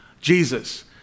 Jesus